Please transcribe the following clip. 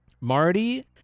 Marty